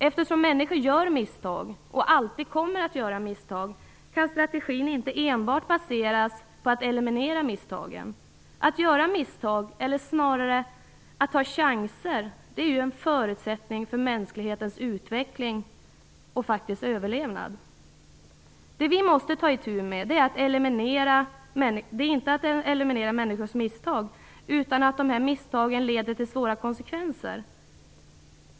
Eftersom människor gör misstag och alltid kommer att göra misstag kan strategin inte enbart baseras på att eliminera misstagen. Att göra misstag, eller snarare att ta chanser, är ju en förutsättning för mänsklighetens utveckling och överlevnad. Det vi måste ta itu med är inte att eliminera människors misstag utan att dessa misstag leder till svåra konsekvenser.